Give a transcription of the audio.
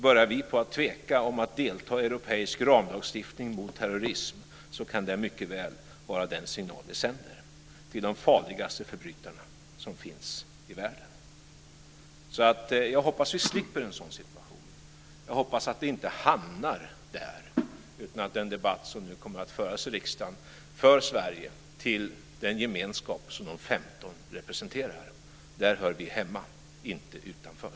Börjar Sverige tveka om att delta i europeisk ramlagstiftning mot terrorism så kan det mycket väl vara den signal vi sänder till de farligaste förbrytarna som finns i världen. Jag hoppas att vi slipper en sådan situation. Jag hoppas att vi inte hamnar där utan att den debatt som nu kommer att föras i riksdagen för Sverige till den gemenskap som de 15 representerar. Där hör vi hemma, inte utanför.